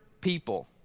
people